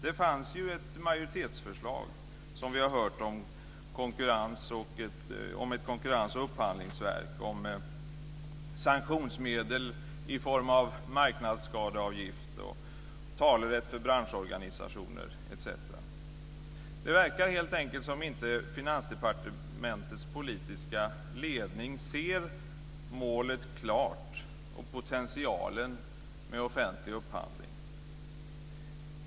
Det fanns ju ett majoritetsförslag som vi har hört, om ett konkurrens och upphandlingsverk, om sanktionsmedel i form av en marknadsskadeavgift, talerätt för branschorganisationer etc. Det verkar helt enkelt som om inte Finansdepartementets politiska ledning ser målet klart. Man ser inte potentialen för offentlig upphandling.